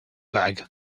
bag